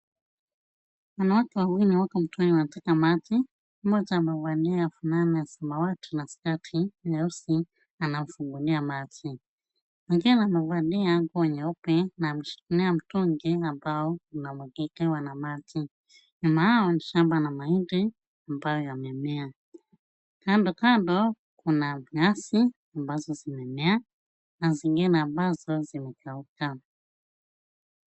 Wanawake wawili wako mtoni wanateka maji. Mmoja amevalia fulana ya samawati na skati nyeusi anafungulia maji. Mwingine amevalia nguo nyeupe na ameshikilia mtungi ambao unamwagikiwa na maji. Nyuma yao ni shamba la mahindi ambayo yamemea. Kando kando kuna nyasi ambazo zimemea na zingine ambazo zimekauka.